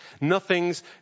Nothing's